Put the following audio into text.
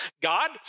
God